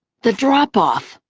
the drop-off